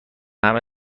همه